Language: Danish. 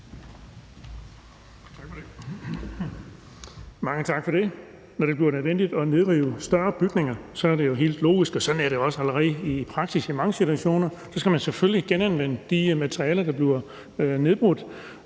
Bonnesen (V): Mange tak for det. Når det er blevet nødvendigt at nedrive større bygninger, er det helt logisk – sådan er det jo også allerede i praksis i mange situationer – at så skal man selvfølgelig genanvende de materialer, der bliver nedbrudt.